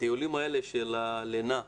הטיולים האלה, של הלינה,